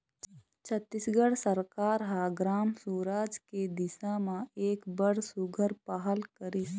छत्तीसगढ़ सरकार ह ग्राम सुराज के दिसा म एक बड़ सुग्घर पहल करिस